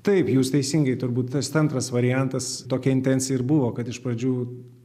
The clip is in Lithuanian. taip jūs teisingai turbūt tas antras variantas tokia intencija ir buvo kad iš pradžių